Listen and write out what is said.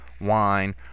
Wine